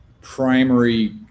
primary